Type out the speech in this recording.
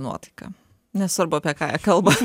nuotaiką nesvarbu apie ką kalba